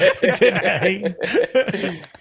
today